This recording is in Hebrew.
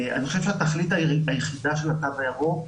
אני חושב שהתכלית היחידה של התו הירוק,